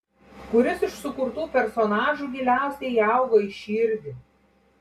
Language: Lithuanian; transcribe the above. kuris iš sukurtų personažų giliausiai įaugo į širdį